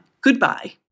Goodbye